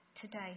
today